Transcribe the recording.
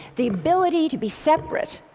the ability to be separate,